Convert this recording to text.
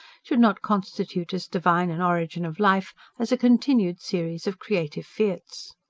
should not constitute as divine an origin of life as a continued series of creative fiats.